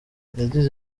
yagize